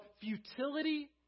futility